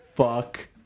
Fuck